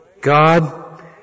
God